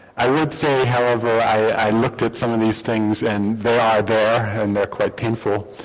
i would say however, i looked at some of these things and they are there, and they're quite painful,